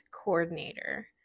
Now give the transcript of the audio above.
coordinator